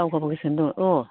दावगा बोगासिनो दङ अ